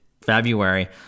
February